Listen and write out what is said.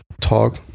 talk